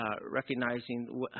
recognizing